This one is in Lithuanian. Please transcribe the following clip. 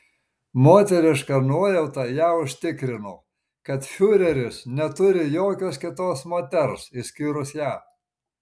moteriška nuojauta ją užtikrino kad fiureris neturi jokios kitos moters išskyrus ją